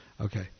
Okay